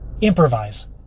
improvise